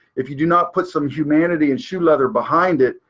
if you do not put some humanity and shoe leather behind it,